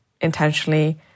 intentionally